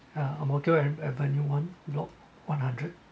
ya Ang Mo Kio and avenue one block one hundred